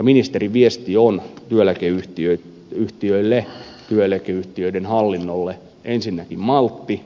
ministerin viesti on työeläkeyhtiöille työeläkeyhtiöiden hallinnolle ensinnäkin maltti